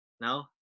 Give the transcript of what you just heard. no